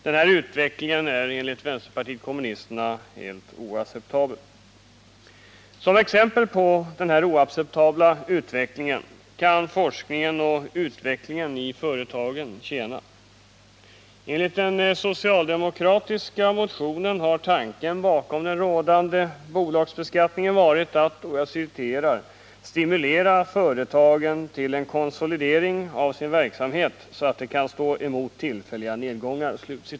Denna utveckling är enligt vänsterpartiet kommunisterna helt oacceptabel. Som exempel på denna oacceptabla utveckling kan forskningen och utvecklingen i företagen tjäna. Enligt den socialdemokratiska motionen har tanken bakom den rådande bolagsbeskattningen varit att ”stimulera företagen till en konsolidering av sin verksamhet så att de kan stå emot tillfälliga nedgångar”.